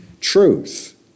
truth